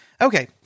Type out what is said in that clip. Okay